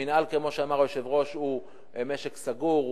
המינהל, כמו שאמר היושב-ראש, הוא משק סגור.